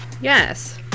Yes